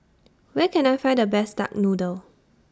Where Can I Find The Best Duck Noodle